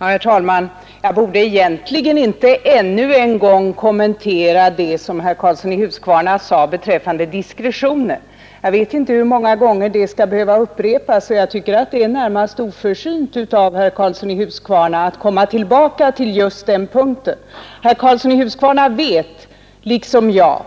Herr talman! Jag borde egentligen inte ännu en gång kommentera det som herr Karlsson i Huskvarna sade beträffande diskretionen. Jag vet inte hur många gånger det skall behöva upprepas, och jag tycker att det är närmast oförsynt av herr Karlsson i Huskvarna att komma tillbaka till just den punkten. Herr Karlsson i Huskvarna vet liksom jag